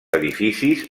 edificis